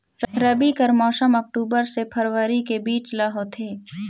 रबी कर मौसम अक्टूबर से फरवरी के बीच ल होथे